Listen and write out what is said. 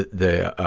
the